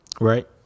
Right